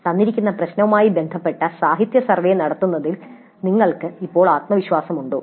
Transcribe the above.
"തന്നിരിക്കുന്ന പ്രശ്നവുമായി ബന്ധപ്പെട്ട സാഹിത്യ സർവേ നടത്തുന്നതിൽ നിങ്ങൾക്ക് ഇപ്പോൾ ആത്മവിശ്വാസമുണ്ടോ